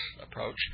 approach